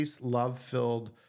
love-filled